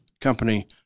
company